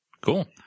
Cool